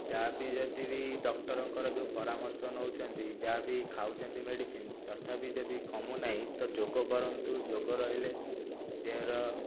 ଯାହାବି ଯଦି ବି ଡକ୍ଟରଙ୍କର ଯେଉଁ ପରାମର୍ଶ ନେଉଛନ୍ତି ଯାହା ବି ଖାଉଛନ୍ତି ମେଡ଼ିସିନ୍ ତଥାପି ଯଦି କମୁ ନାହିଁ ତ ଯୋଗ କରନ୍ତୁ ଯୋଗ ରହିଲେ ଦେହର